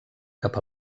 cap